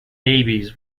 babies